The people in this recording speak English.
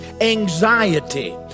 anxiety